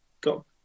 got